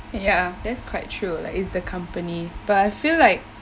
ya that's quite true lah it's the company but I feel like